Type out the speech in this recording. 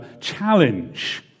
challenge